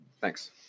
Thanks